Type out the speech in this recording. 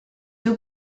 two